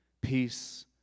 Peace